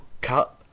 cut